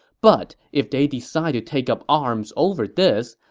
but if they decide to take up arms over this,